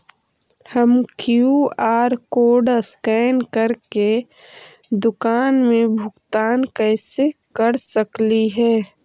हम QR code scan करके दुकान में भुगतान कैसे कर सकली हे?